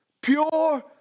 pure